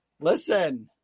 listen